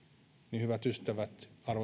niin hyvät ystävät arvoisat edustajat